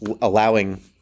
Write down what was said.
allowing